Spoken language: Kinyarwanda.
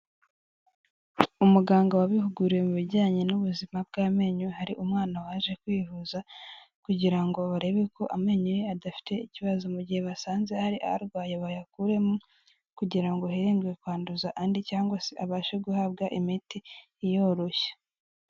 Umuganga wabihuguriwe mu bijyanye n'ubuzima bw'amenyo, hari umwana waje kwivuza kugira ngo barebe ko amenyo ye adafite ikibazo, mu gihe basanze hari arwaye bayakuremo kugira ngo hirindwe kwanduza andi cyangwa se abashe guhabwa imiti iyoroshya.